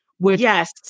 yes